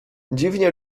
dziwnie